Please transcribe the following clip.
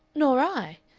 nor i.